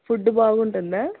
food బాగుంటుందా